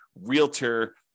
realtor